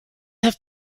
have